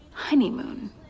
honeymoon